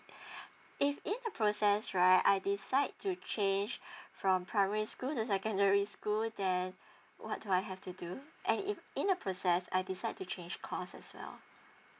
if in the process right I decide to change from primary school to secondary school then what do I have to do and if in the process I decide to change course as well